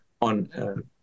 on